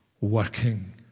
working